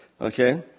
Okay